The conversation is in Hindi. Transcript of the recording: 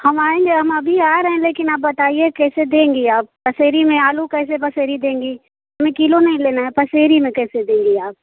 हम आएँगे हम अभी आ रहे हैं लेकिन आप बताइए कैसे देंगी आप पसेरी में आलू कैसे पसेरी देंगी क्योंकि किलो नहीं लेना है पसेरी में कैसे देंगी आप